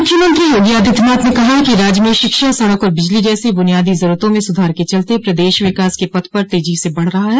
मुख्यमंत्री योगी आदित्यनाथ ने कहा है कि राज्य में शिक्षा सड़क और बिजली जैसी बुनियादी जरूरतों में सुधार के चलते प्रदेश विकास के पथ पर तेजी से बढ रहा है